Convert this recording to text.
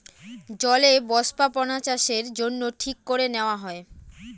জলে বস্থাপনাচাষের জন্য ঠিক করে নেওয়া হয়